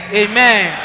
amen